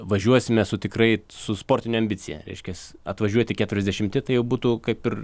važiuosime su tikrai su sportine ambicija reiškias atvažiuoti keturiasdešimi tai jau būtų kaip ir